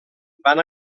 van